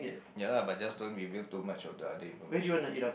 ya lah but just don't reveal too much of the other information